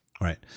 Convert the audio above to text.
Right